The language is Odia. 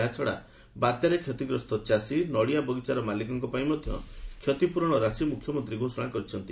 ଏହାଛଡ଼ା ବାତ୍ୟାରେ କ୍ଷତିଗ୍ରସ୍ତ ଚାଷୀ ନଡ଼ିଆ ବଗିଚାର ମାଲିକଙ୍କ ପାଇଁ ମଧ୍ୟ କ୍ଷତିପ୍ରରଣ ରାଶି ମ୍ରଖ୍ୟମନ୍ତ୍ରୀ ଘୋଷଣା କରିଛନ୍ତି